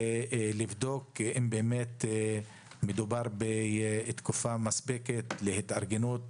לבדוק אם באמת מדובר בתקופה מספקת להתארגנות.